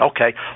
Okay